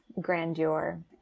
grandeur